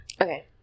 Okay